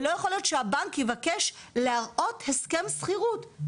לא יכול להיות שהבנק יבקש להראות הסכם שכירות,